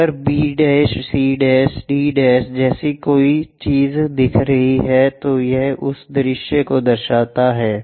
अगर हम B C D जैसी कोई चीज़ दिखा रहे हैं तो यह उस दृश्य को दर्शाता है